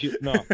No